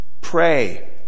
Pray